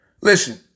listen